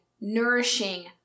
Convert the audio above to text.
nourishing